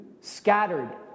scattered